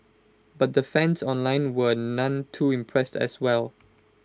but the fans online were none too impressed as well